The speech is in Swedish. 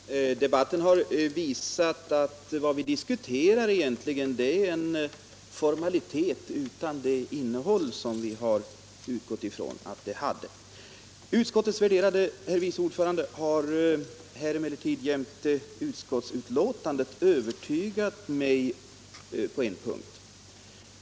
Herr talman! Debatten har visat att vad vi numera diskuterar är en formalitet utan innehåll. Utskottets värderade vice ordförande har emellertid, jämte utskottsbetänkandet, övertygat mig på en punkt.